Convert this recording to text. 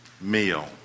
meal